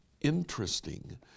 interesting